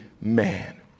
man